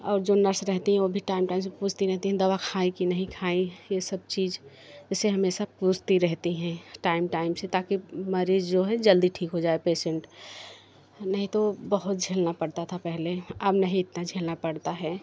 और जो नर्स रहती हैं वो भी टाइम टाइम से पूछती रहती हैं दवा खाई कि नहीं खाई ये सब चीज जैसे हमेशा पूछती रहती हैं टाइम टाइम से ताकि मरीज जो है जल्दी ठीक हो जाए पेशेंट नहीं तो बहुत झेलना पड़ता था पहले अब नहीं इतना झेलना पड़ता है